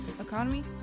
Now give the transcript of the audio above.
economy